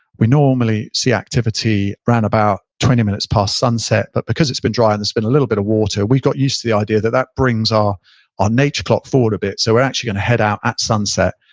we normally see activity round about twenty minutes past sunset, but because it's been dry and it's been a little bit of water, we got used to the idea that that brings our ah nature clock forward a bit so we're actually going to head out at sunset.